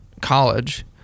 college